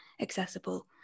accessible